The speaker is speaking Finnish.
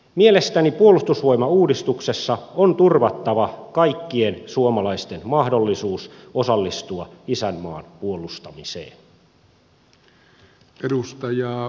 mielestäni puolustusvoimauudistuksessa on turvattava kaikkien suomalaisten mahdollisuus osallistua isänmaan puolustamiseen